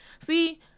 see